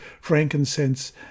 frankincense